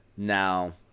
now